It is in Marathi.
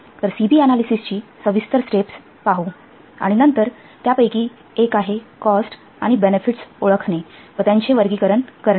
तर सी बी अनालिसिसची सविस्तर स्टेप्स पाहू आणि नंतर त्यापैकी एक आहे कॉस्ट आणि बेनेफिटस ओळखणे व त्यांचे वर्गीकरण करणे